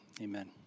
Amen